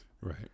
right